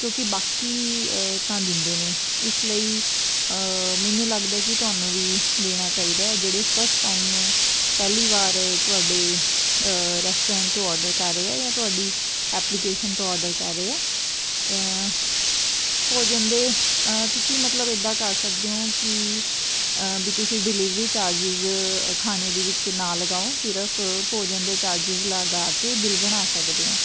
ਕਿਉਂਕਿ ਬਾਕੀ ਤਾਂ ਦਿੰਦੇ ਨੇ ਇਸ ਲਈ ਮੈਨੂੰ ਲੱਗਦਾ ਕਿ ਤੁਹਾਨੂੰ ਵੀ ਦੇਣਾ ਚਾਹੀਦਾ ਜਿਹੜੇ ਫਸਟ ਟਾਈਮ ਪਹਿਲੀ ਵਾਰ ਤੁਹਾਡੇ ਰੈਸਟੋਰੈਂਟ ਤੋਂ ਓਰਡਰ ਕਰ ਰਹੇ ਆ ਜਾਂ ਤੁਹਾਡੀ ਐਪਲੀਕੇਸ਼ਨ ਤੋਂ ਓਰਡਰ ਕਰ ਰਹੇ ਹੈ ਭੋਜਨ ਦੇ ਤੁਸੀਂ ਮਤਲਬ ਇੱਦਾਂ ਕਰ ਸਕਦੇ ਹੋ ਕਿ ਵੀ ਤੁਸੀਂ ਡਿਲੀਵਰੀ ਚਾਰਜਿਜ ਖਾਣੇ ਦੇ ਵਿੱਚ ਨਾ ਲਗਾਓ ਸਿਰਫ ਭੋਜਨ ਦੇ ਚਾਰਜਿਸ ਲਗਾ ਕੇ ਬਿਲ ਬਣਾ ਸਕਦੇ ਹੋ